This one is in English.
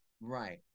Right